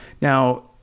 Now